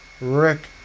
Rick